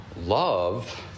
love